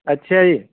ਅੱਛਾ ਜੀ